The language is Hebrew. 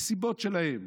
מסיבות שלהם,